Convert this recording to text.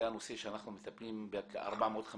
זה הנושא שאנחנו מטפלים לכ-450